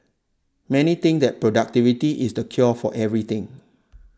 many think that productivity is the cure for everything